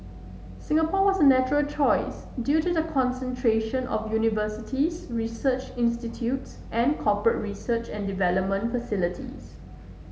Singapore was a natural choice due to the concentration of universities research institutes and corporate research and development facilities